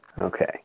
Okay